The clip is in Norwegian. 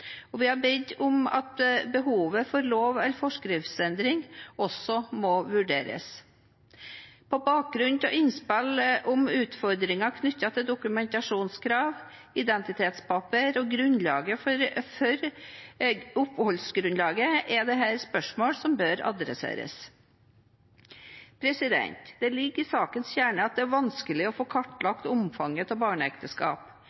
Vi har bedt om at behovet for lov- eller forskriftsendring også må vurderes. På bakgrunn av innspill om utfordringer knyttet til dokumentasjonskrav, identitetspapirer og oppholdsgrunnlag, er dette spørsmål som bør adresseres. Det ligger i sakens kjerne at det er vanskelig å få